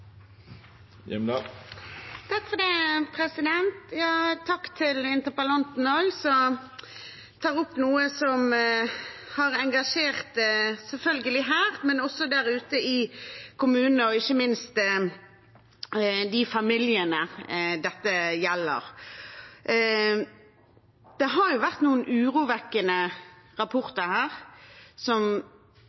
til interpellanten som tar opp noe som selvfølgelig har engasjert her, men også ute i kommunene og ikke minst i de familiene dette gjelder. Det har vært noen urovekkende rapporter som tar opp kanskje det aller mest sårbare med samfunnet, nettopp det at de som